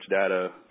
data